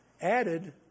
added